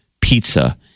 pizza